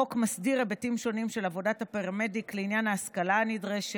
החוק מסדיר היבטים שונים של עבודת הפרמדיק לעניין ההשכלה הנדרשת,